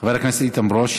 תודה רבה.